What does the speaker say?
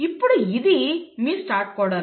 ఇప్పుడు ఇది మీ స్టార్ట్ కోడాన్